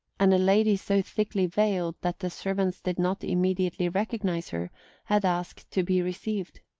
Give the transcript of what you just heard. and a lady so thickly veiled that the servants did not immediately recognise her had asked to be received.